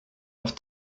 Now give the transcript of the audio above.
auf